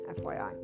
FYI